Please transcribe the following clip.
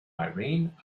irene